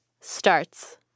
starts